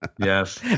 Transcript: Yes